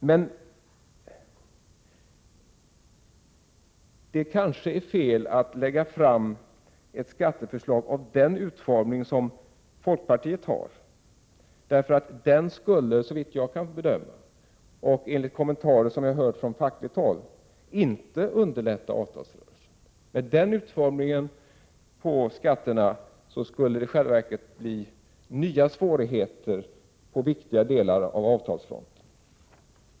Men det kanske är fel att lägga fram ett skatteförslag med den utformning som folkpartiet har gett det. För det skulle, såvitt jag kan bedöma och enligt kommentarer jag har hört från fackligt håll, inte underlätta avtalsrörelsen. Med den utformningen av skatterna skulle det i själva verket bli nya svårigheter på viktiga delar av avtalsfronten.